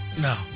No